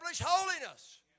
holiness